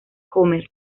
homer